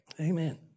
Amen